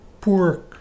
poor